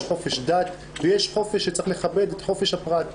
יש חופש דת ויש חופש שצריך לכבד את חופש הפרט.